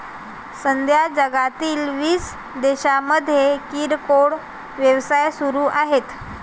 सध्या जगातील वीस देशांमध्ये किरकोळ व्यवसाय सुरू आहेत